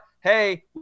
hey